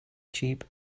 cheap